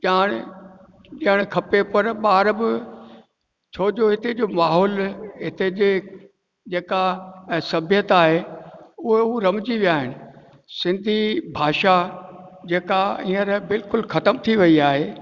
ॼाणु ॾियणु खपे पर ॿार बि छो जो हिते जो माहौल हिते जे जेका सभ्यता आहे उहो हू रमिजी विया आहिनि सिंधी भाषा जेका हींअर बिल्कुलु ख़तमु थी वई आहे